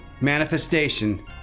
manifestation